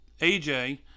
AJ